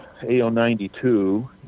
AO92